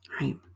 Right